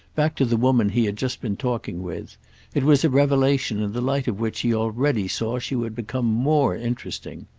back to the woman he had just been talking with it was a revelation in the light of which he already saw she would become more interesting.